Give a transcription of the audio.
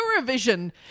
eurovision